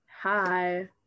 Hi